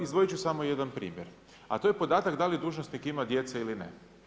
Izdvojit ću samo jedan primjer, a to je podatak da li dužnosnik ima djece ili ne.